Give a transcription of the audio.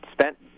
spent